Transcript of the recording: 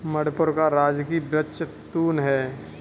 मणिपुर का राजकीय वृक्ष तून है